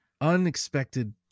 unexpected